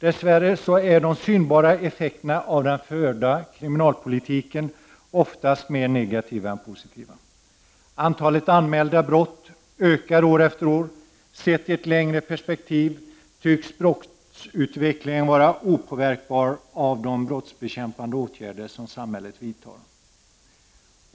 Dess värre är de synbara effekterna av den förda kriminalpolitiken oftast mer negativa än positiva. Antalet anmälda brott ökar år efter år, och sett i ett längre perspektiv tycks brottsutvecklingen vara opåverkbar av de brottsbekämpande åtgärder som samhället vidtar.